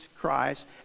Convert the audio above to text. Christ